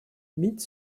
mythe